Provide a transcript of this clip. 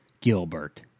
Gilbert